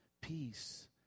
peace